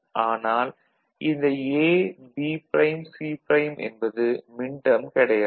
ஆனால் இந்த AB'C' என்பது மின்டேர்ம் கிடையானது